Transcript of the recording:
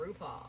RuPaul